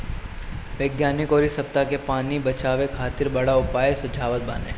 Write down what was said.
वैज्ञानिक ऊपरी सतह के पानी बचावे खातिर बड़ा उपाय सुझावत बाड़न